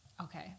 Okay